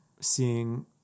seeing